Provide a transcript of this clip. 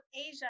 Asia